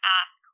ask